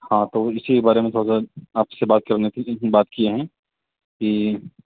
ہاں تو اسی بارے میں تھوڑا سا آپ سے بات کرنی تھی بات کیے ہیں کہ